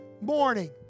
morning